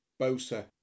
Bosa